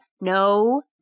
No